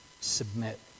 Submit